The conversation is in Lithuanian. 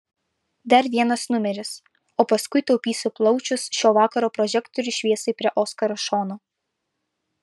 dar vienas numeris o paskui taupysiu plaučius šio vakaro prožektorių šviesai prie oskaro šono